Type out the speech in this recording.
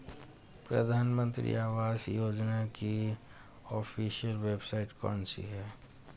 प्रधानमंत्री आवास योजना की ऑफिशियल वेबसाइट कौन सी है?